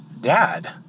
dad